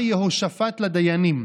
שאמר יהושפט לדיינים: